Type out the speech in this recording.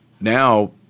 now